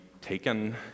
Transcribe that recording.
taken